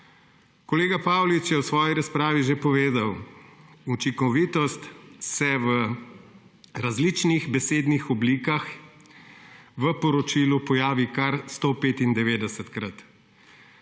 Kolega Paulič je v svoji razpravi že povedal, učinkovitost se v različnih besednih oblikah v poročilu pojavi kar 195-krat,